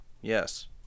Yes